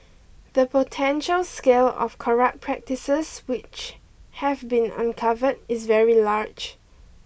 the potential scale of corrupt practices which have been uncovered is very large